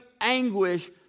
anguish